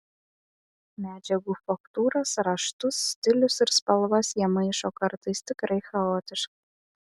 medžiagų faktūras raštus stilius ir spalvas jie maišo kartais tikrai chaotiškai